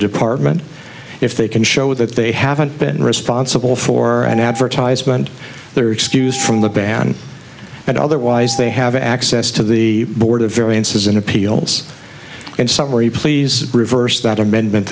department if they can show that they haven't been responsible for an advertisement they're excused from the ban and otherwise they have access to the board of variances in appeals and summary please reverse that amendment